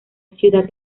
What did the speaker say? ciudad